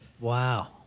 Wow